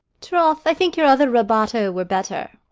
troth, i think your other rabato were better.